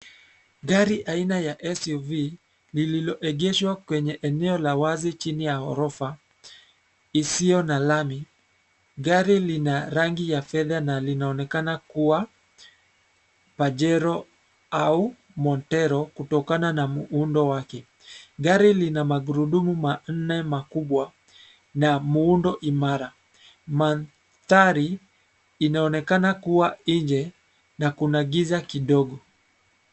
Gari aina ya SUV , lililoegeshwa kwenye eneo la wazi chini ya ghorofa, isiyo na lami. Gari lina rangi ya fedha na linaonekana kuwa, Pajero , au, Montero kutokana na muundo wake. Gari lina maguruduma manne makubwa, na muundo imara. Mandhari, inaonekana kuwa nje, na kuna giza kidogo.